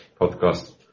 podcast